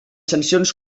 sancions